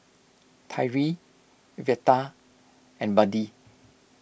Tyree Veta and Buddy